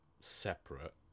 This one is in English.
separate